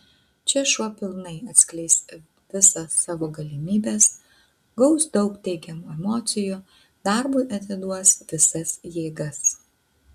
čia šuo pilnai atskleis visa savo galimybes gaus daug teigiamų emocijų darbui atiduos visas jėgas